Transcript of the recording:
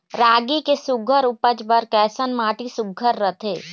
रागी के सुघ्घर उपज बर कैसन माटी सुघ्घर रथे?